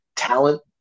Talent